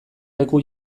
leku